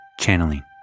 Channeling